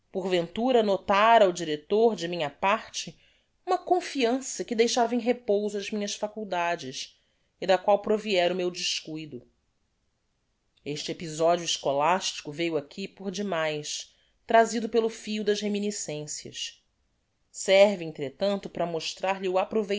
ventura notara o director de minha parte uma confiança que deixava em repouso as minhas faculdades e da qual proviera o meu descuido este episodio escholastico veio aqui por demais trazido pelo fio das reminiscencias serve entretanto para